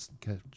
Catch